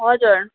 हजुर